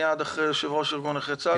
מיד אחרי יושב-ראש ארגון נכי צה"ל,